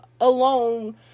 alone